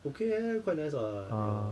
okay eh quite nice [what] your